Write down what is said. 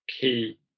key